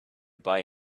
buy